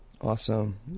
awesome